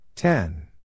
Ten